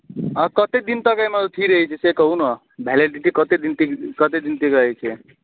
हँ कतेक दिन तक एहिमे अथी रहै छै से कहू ने भैलेडिटी कतेक दिन तक कतेक दिन तक रहै छै